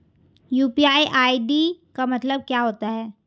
UPI ID का मतलब क्या होता है?